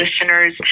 listeners